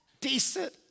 decent